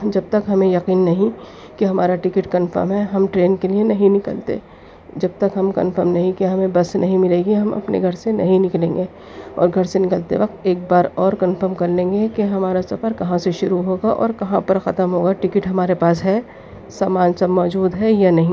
جب تک ہمیں یقین نہیں کہ ہمارا ٹکٹ کنفرم ہے ہم ٹرین کے لیے نہیں نکلتے جب تک ہم کنفرم نہیں کہ ہمیں بس نہیں ملے گی ہم اپنے گھر سے نہیں نکلیں گے اور گھر سے نکلتے وقت ایک بار اور کنفرم کر لیں گے کہ ہمارا سفر کہاں سے شروع ہوغا اور کہاں پر ختم ہوگا ٹکٹ ہمارے پاس ہے سامان سب موجود ہے یا نہیں